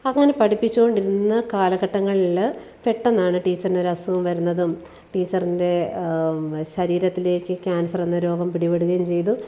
അങ്ങനെ പഠിപ്പിച്ചുകൊണ്ടിരുന്ന കാലഘട്ടങ്ങളില് പെട്ടെന്നാണ് ടീച്ചറിനൊരു അസുഖം വരുന്നതും ടീച്ചറിൻ്റെ ശരീരത്തിലേക്ക് ക്യാൻസറെന്ന രോഗം പിടിപെടുകയും ചെയ്തു